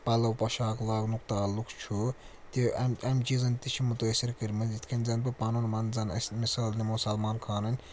پَلو پوشاک لاگنُک تعلُق چھُ تہِ امہِ امہِ چیٖزَن تہِ چھِ مُتٲثِر کٔرۍمٕتۍ یِتھ کٔنۍ زَنہٕ بہٕ پَنُن منٛز اَسہِ مِثال نِمو سلمان خانٕنۍ